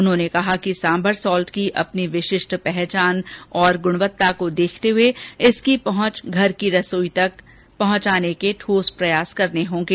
उन्होने कहा कि सांभर साल्ट की अपनी विषिष्ठ पहचान और गुणवत्ता को देखते हुए इसकी पहुंच घर की रसोई तक पहुंचाने के ठोस प्रयास करने होंगे